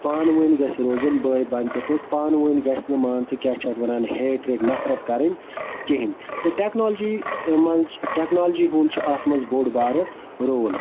پانہٕ ؤنۍ گَژھِ روزُن بٲے بنتِس مَنٛز پانہٕ ؤنۍ گَژھِ نہٕ مان ژٕ کیاہ چھِ اتھ وَنان ہیٹرِڈ نفرت کَرٕنۍ کِہیٖنۍ تہٕ ٹیٚکنالجی مَنٛز ٹیٚکنالجی ہُنٛد چھُ اتھ مَنٛز بوٚڈ بارٕ رول